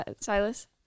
Silas